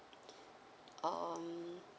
um